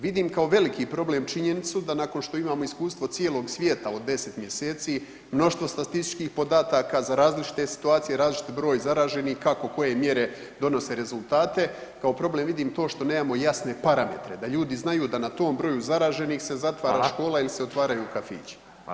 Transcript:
Vidim kao veliki problem činjenicu da nakon što imamo iskustvo cijelog svijeta od 10 mj., mnoštvo statističkih podataka za različite situacije, različiti broj zaraženih, kako koje mjere donose rezultate, kao problem vidim to što nemamo jasne parametre, da ljudi znaju da na tom broju zaraženih se zatvara škola ili se otvaraju kafići.